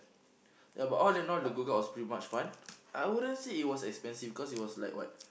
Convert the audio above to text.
ya but all and all the go kart was pretty much fun I wouldn't say that it was expensive because it was like what